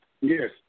Yes